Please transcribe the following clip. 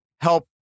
help